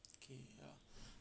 okay ya